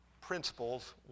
principles